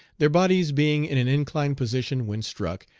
their bodies being in an inclined position when struck,